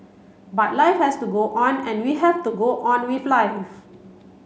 but life has to go on and we have to go on with life